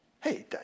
Hey